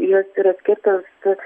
jos yra skirtos kad